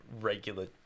regular